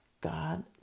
God